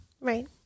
Right